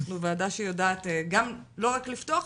אנחנו ועשה שיודעת גם לא רק לפתוח,